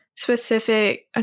specific